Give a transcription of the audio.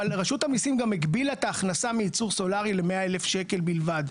אבל רשות המיסים גם הגבילה את ההכנסה מייצור סולרי ל-100,000 שקל בלבד,